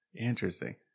Interesting